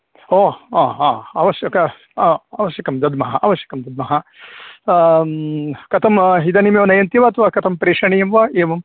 ओ आम् आम् अवश्यक अवश्यं दद्मः अवश्यं दद्मः कथं तदर्थम् इदानीमेव नयन्ति वा कथं प्रेषणियं वा एवं